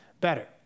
better